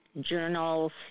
journals